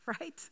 right